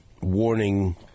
Warning